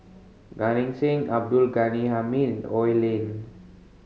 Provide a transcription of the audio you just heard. Gan Eng Seng Abdul Ghani Hamid Oi Lin